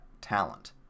talent